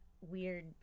weird